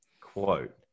quote